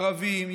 ערבים,